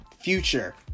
future